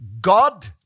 God